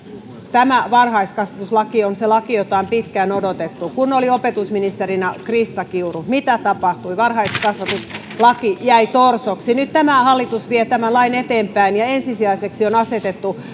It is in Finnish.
tämä varhaiskasvatuslaki on se laki jota on pitkään odotettu kun oli opetusministerinä krista kiuru mitä tapahtui varhaiskasvatuslaki jäi torsoksi nyt tämä hallitus vie tämän lain eteenpäin ja ensisijaiseksi on asetettu